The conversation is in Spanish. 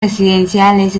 residenciales